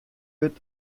wurdt